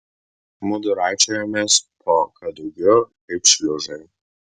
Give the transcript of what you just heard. mudu raičiojomės po kadugiu kaip šliužai